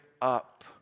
up